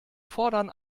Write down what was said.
fordern